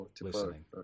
listening